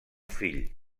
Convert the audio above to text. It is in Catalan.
fill